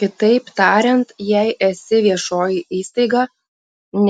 kitaip tariant jei esi viešoji įstaiga